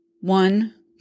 one